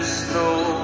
snow